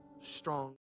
strong